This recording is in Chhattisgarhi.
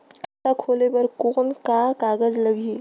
खाता खोले बर कौन का कागज लगही?